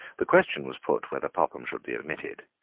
the question was put whether popham should be admitted,